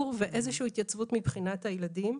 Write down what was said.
ואיזו שהיא התייצבות מבחינת הילדים.